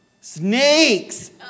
Snakes